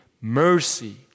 mercy